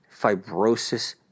fibrosis